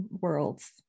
worlds